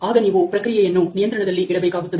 ಆಗ ನೀವು ಪ್ರಕ್ರಿಯೆಯನ್ನು ನಿಯಂತ್ರಣದಲ್ಲಿ ಇಡಬೇಕಾಗುತ್ತದೆ